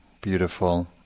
beautiful